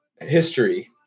history